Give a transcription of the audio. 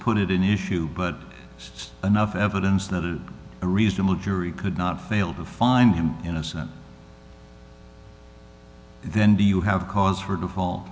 put it in issue but just enough evidence that it is a reasonable jury could not fail to find him innocent then do you have a cause for the fall